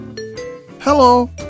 Hello